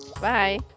Bye